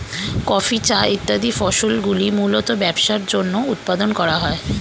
coffee, চা ইত্যাদি ফসলগুলি মূলতঃ ব্যবসার জন্য উৎপাদন করা হয়